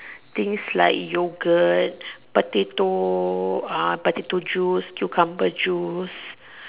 things like yogurt potato uh potato juice cucumber juice